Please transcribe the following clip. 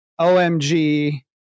OMG